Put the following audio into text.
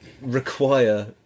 require